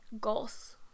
goals